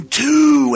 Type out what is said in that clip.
two